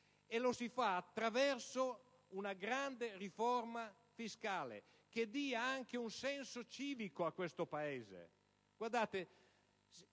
E lo si fa attraverso una grande riforma fiscale che dia anche un senso civico. Guardate,